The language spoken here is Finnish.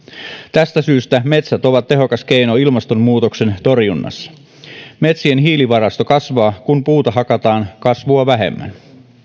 tästä syystä metsät ovat tehokas keino ilmastonmuutoksen torjunnassa metsien hiilivarasto kasvaa kun puuta hakataan kasvua vähemmän